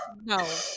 no